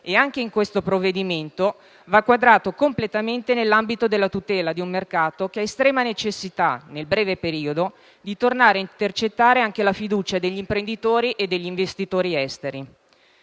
ed anche questo provvedimento va inquadrato completamente nell'ambito della tutela di un mercato che ha estrema necessità, nel breve periodo, di tornare ad intercettare anche la fiducia degli imprenditori e degli investitori esteri.